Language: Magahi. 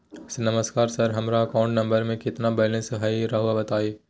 नमस्कार सर हमरा अकाउंट नंबर में कितना बैलेंस हेई राहुर बताई?